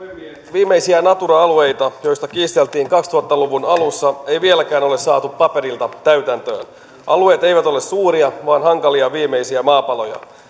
viimeisiä natura alueita joista kiisteltiin kaksituhatta luvun alussa ei vieläkään ole saatu paperilta täytäntöön alueet eivät ole suuria vaan hankalia viimeisiä maapaloja